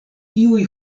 iuj